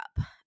up